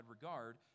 regard